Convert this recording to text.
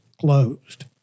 closed